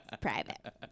private